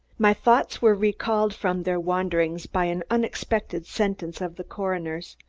my thoughts were recalled from their wanderings by an unexpected sentence of the coroner's.